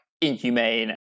inhumane